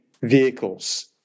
vehicles